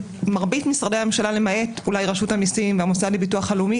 מרבית משרדי הממשלה למעט אולי רשות המיסים והמוסד לביטוח לאומי,